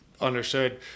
Understood